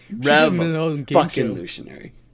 Revolutionary